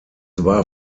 war